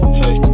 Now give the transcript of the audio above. hey